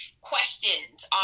questions